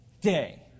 day